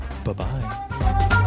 Bye-bye